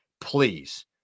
please